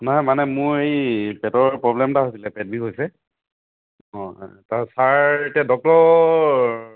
নাই মানে মই এই পেটৰ প্ৰব্লেম এটা হৈছিলে পেট বিষ হৈছে অঁ অঁ তাৰ ছাৰ এতিয়া ডক্টৰ